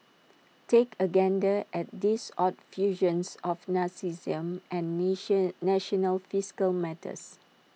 take A gander at these odd fusions of narcissism and nation national fiscal matters